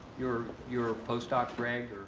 your your ah postdoc, greg?